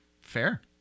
fair